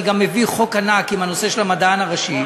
אני גם מביא חוק ענק בנושא המדען הראשי.